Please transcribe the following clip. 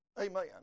Amen